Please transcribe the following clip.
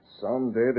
Someday